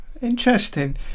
interesting